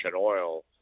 oil